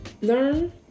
Learn